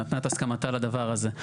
נתנה את הסכמתה לדבר הזה,